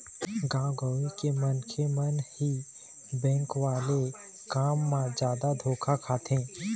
गाँव गंवई के मनखे मन ह ही बेंक वाले काम म जादा धोखा खाथे